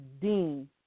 Dean